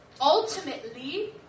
ultimately